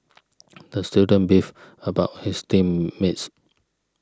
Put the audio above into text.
the student beefed about his team mates